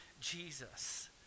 Jesus